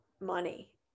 money